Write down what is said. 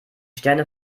sterne